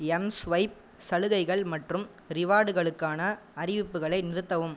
mSwipe சலுகைகள் மற்றும் ரிவார்டுகளுக்கான அறிவிப்புகளை நிறுத்தவும்